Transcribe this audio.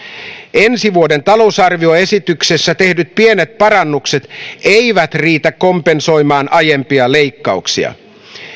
ensi vuoden talousarvioesityksessä tehdyt pienet parannukset eivät riitä kompensoimaan aiempia leikkauksia